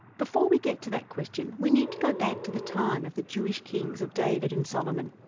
before we get to that question, we need to go back to the time of the jewish kings of david and solomon,